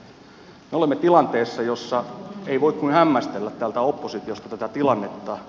me olemme tilanteessa jossa ei voi kuin hämmästellä täältä oppositiosta tätä tilannetta